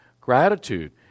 gratitude